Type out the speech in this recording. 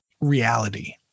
reality